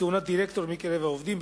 לכהונת דירקטור מקרב העובדים,